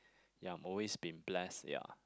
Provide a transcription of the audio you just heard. ya I'm always been blessed ya